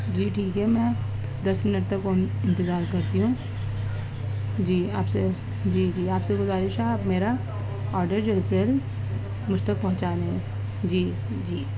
جی ٹھیک ہے میں دس منٹ تک اور انتظار کرتی ہوں جی آپ سے جی جی آپ سے گزارش ہے آپ میرا آڈر جلد سے جلد مجھ تک پہنچا دیں جی جی